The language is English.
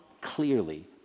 clearly